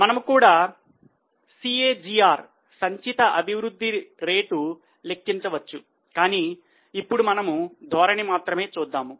మనము కూడా CAGR సంచిత అభివృద్ధి రేటు లెక్కించవచ్చు కానీ ఇప్పుడు మనము ధోరణి మాత్రమే చూద్దాము